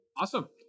Awesome